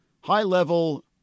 high-level